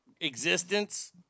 existence